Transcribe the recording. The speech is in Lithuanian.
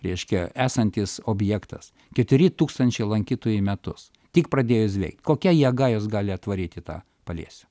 reiškia esantis objektas keturi tūkstančiai lankytojų į metus tik pradėjus veikt kokia jėga juos gali atvaryt į tą paliesių